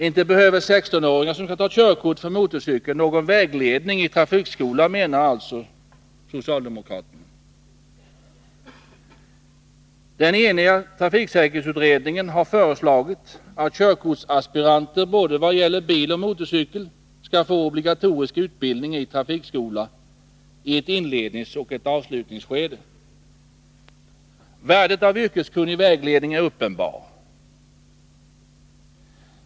Inte behöver 16-åringar som skall ta körkort för motorcykel någon vägledning i trafikskola, menar alltså socialdemokraterna. Den eniga trafiksäkerhetsutredningen har föreslagit att körtkortsaspiranter när det gäller både bil och motorcykel skall få obligatorisk utbildning i trafikskola i ett inledningsoch ett avslutningsskede. Värdet av yrkeskunnig vägledning är uppenbart.